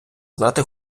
знати